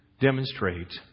demonstrate